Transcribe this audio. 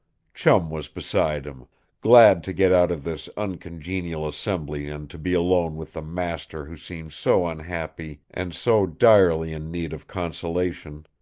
chum was beside him glad to get out of this uncongenial assembly and to be alone with the master who seemed so unhappy and so direly in need of consolation.